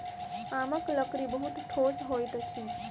आमक लकड़ी बहुत ठोस होइत अछि